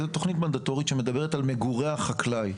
זו תוכנית מנדטורית שמדברת על מגורי החקלאי.